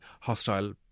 hostile